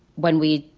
when we.